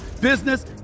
business